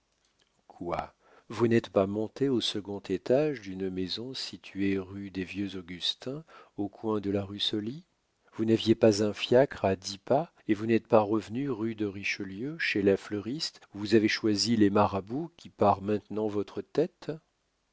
quoi vous n'êtes pas montée au second étage d'une maison située rue des vieux augustins au coin de la rue soly vous n'aviez pas un fiacre à dix pas et vous n'êtes pas revenue rue de richelieu chez la fleuriste où vous avez choisi les marabouts qui parent maintenant votre tête